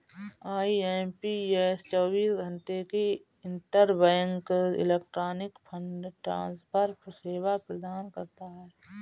IMPS चौबीस घंटे की इंटरबैंक इलेक्ट्रॉनिक फंड ट्रांसफर सेवा प्रदान करता है